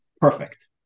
perfect